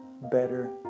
Better